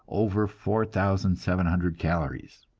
over four thousand seven hundred calories